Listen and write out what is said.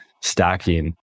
stacking